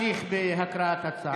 נא להמשיך בהקראת הצעת החוק.